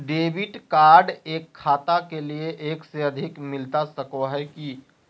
Debit card एक खाता के लिए एक से अधिक मिलता सको है की?